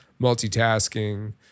multitasking